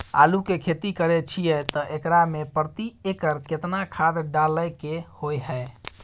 आलू के खेती करे छिये त एकरा मे प्रति एकर केतना खाद डालय के होय हय?